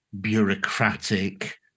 bureaucratic